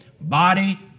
body